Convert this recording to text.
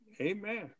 Amen